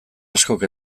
askok